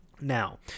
Now